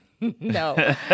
No